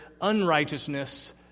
unrighteousness